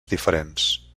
diferents